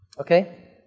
Okay